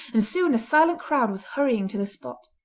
and soon a silent crowd was hurrying to the spot.